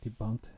debunked